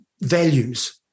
values